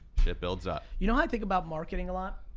shit builds up. you know, i think about marketing a lot.